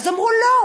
אמרו: לא,